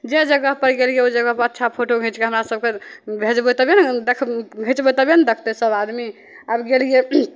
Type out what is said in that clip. जे जगहपर गेलिए ओहि जगहपर अच्छा फोटो घिचिके हमरा सभकेँ भेजबै तभिए ने देखब घिचबै तभिए ने देखतै सभ आदमी आब गेलिए